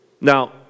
Now